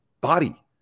body